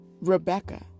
Rebecca